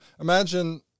imagine